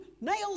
nails